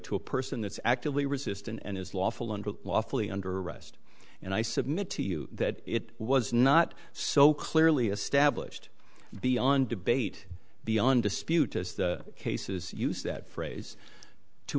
to a person that's actively resist and is lawful and lawfully under arrest and i submit to you that it was not so clearly established beyond debate beyond dispute as the cases use that phrase to